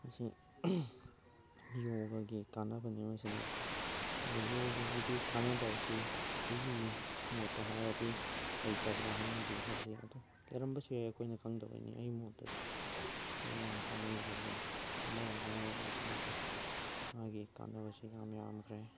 ꯁꯤ ꯌꯣꯒꯥꯒꯤ ꯀꯥꯟꯅꯕꯅꯤ ꯃꯁꯤꯅ ꯌꯣꯒꯥꯒꯤꯗꯤ ꯀꯥꯟꯅꯗꯕꯁꯤ ꯑꯩꯒꯤ ꯃꯣꯠꯇ ꯍꯥꯏꯔꯗꯤ ꯂꯩꯇꯕ꯭ꯔꯥ ꯍꯥꯏꯅꯗꯤ ꯈꯜꯂꯤ ꯑꯗꯨꯕꯨ ꯂꯩꯔꯝꯕꯁꯨ ꯌꯥꯏ ꯑꯩꯈꯣꯏꯅ ꯈꯪꯗꯕꯩꯅꯤ ꯑꯩꯒꯤ ꯃꯣꯠꯇꯗꯤ ꯁꯤꯗꯤ ꯌꯥꯝ ꯀꯥꯟꯅꯩ ꯈꯜꯂꯤ ꯑꯃꯔꯣꯝ ꯑꯃꯔꯣꯝꯗꯁꯨ ꯃꯁꯤ ꯃꯥꯒꯤ ꯀꯥꯟꯅꯕꯁꯤ ꯌꯥꯝ ꯌꯥꯝꯈ꯭ꯔꯦ